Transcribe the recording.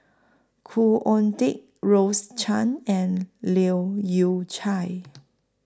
Khoo Oon Teik Rose Chan and Leu Yew Chye